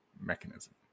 mechanism